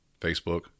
Facebook